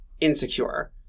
insecure